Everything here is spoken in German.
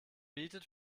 bietet